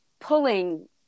pulling